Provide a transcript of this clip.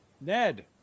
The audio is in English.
Ned